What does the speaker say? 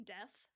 Death